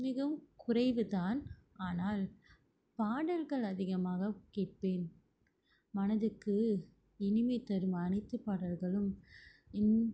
மிகவும் குறைவு தான் ஆனால் பாடல்கள் அதிகமாக கேட்பேன் மனதுக்கு இனிமை தரும் அனைத்து பாடல்களும் என்